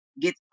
get